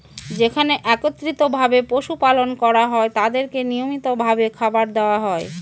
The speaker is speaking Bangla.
যেখানে একত্রিত ভাবে পশু পালন করা হয় তাদেরকে নিয়মিত ভাবে খাবার দেওয়া হয়